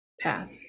path